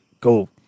go